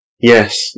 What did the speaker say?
Yes